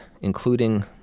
including